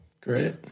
great